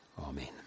Amen